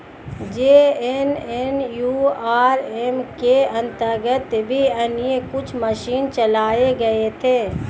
JNNURM के अंतर्गत भी अन्य कुछ मिशन चलाए गए थे